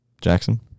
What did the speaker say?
Jackson